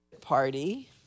party